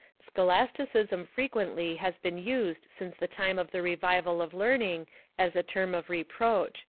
scholasticism frequently has been used since the time of the revival of learning as a term of reproach.